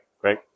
great